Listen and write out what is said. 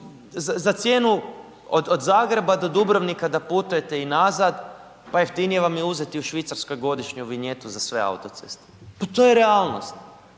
za cijenu od, od Zagreba do Dubrovnika da putujete i nazad, pa jeftinije vam je uzeti u Švicarskoj godišnju vinjetu za sve autoceste, pa to je realnost,